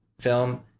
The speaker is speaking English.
film